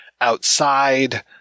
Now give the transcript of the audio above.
outside